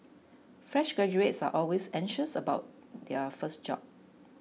fresh graduates are always anxious about their first job